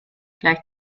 gleich